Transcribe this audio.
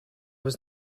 was